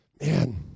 Man